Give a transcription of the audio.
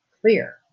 clear